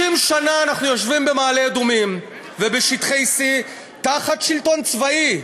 50 שנה אנחנו יושבים במעלה-אדומים ובשטחי C תחת שלטון צבאי.